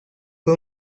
fue